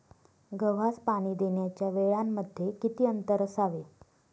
गव्हास पाणी देण्याच्या वेळांमध्ये किती अंतर असावे?